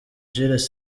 jules